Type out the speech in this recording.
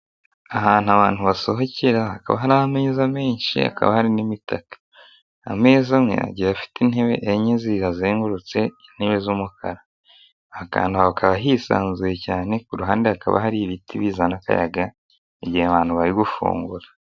Ahantu abantu hasohokera hakaba hari ameza menshi hakaba hari n'imitaka. Ameza amwe igiye afite intebe enye ziyazengurutse, intebe z'umukara. Aha hantu hakaba hisanzuye cyane, ku ruhande hakaba hari ibiti bizana akayaga igihe abantu bari gufungura.